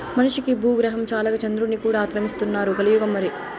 మనిషికి బూగ్రహం చాలక చంద్రుడ్ని కూడా ఆక్రమిస్తున్నారు కలియుగం మరి